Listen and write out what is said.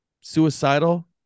suicidal